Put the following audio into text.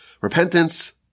Repentance